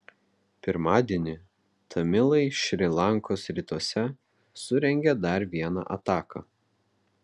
pirmadienį tamilai šri lankos rytuose surengė dar vieną ataką